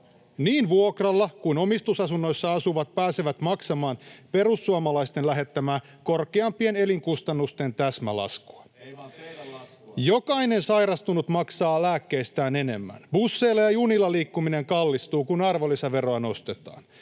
Niin vuokralla kuin omistusasunnoissa asuvat pääsevät maksamaan perussuomalaisten lähettämää korkeampien elinkustannusten täsmälaskua. [Oikealta: Ei vaan teidän laskua!] Jokainen sairastunut maksaa lääkkeistään enemmän. Busseilla ja junilla liikkuminen kallistuu, kun arvonlisäveroa nostetaan.